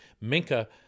Minka